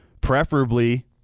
preferably